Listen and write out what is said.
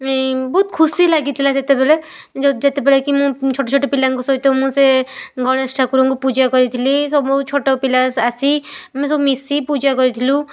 ବହୁତ ଖୁସି ଲାଗିଥିଲା ଯେତେବେଳେ ଯେତେବେଳେ କି ମୁଁ ଛୋଟ ଛୋଟ ପିଲାଙ୍କ ସହିତ ମୁଁ ସେ ଗଣେଶ ଠାକୁରଙ୍କୁ ପୂଜା କରିଥିଲି ସବୁ ଛୋଟପିଲା ଆସି ଆମେ ସବୁ ମିଶିକି ପୂଜା କରିଥିଲୁ